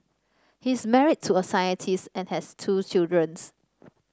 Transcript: he is married to a scientist and has two children